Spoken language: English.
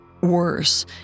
Worse